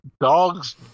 dogs